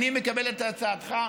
איני מקבל את הצעתך,